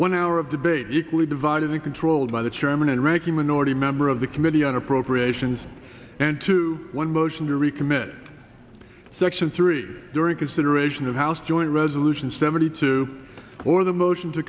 one hour of debate equally divided and controlled by the chairman and ranking minority member of the committee on appropriations and two one motion to recommit section three during consideration of house joint resolution seventy two or the motion to